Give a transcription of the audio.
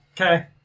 Okay